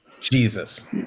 Jesus